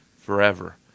forever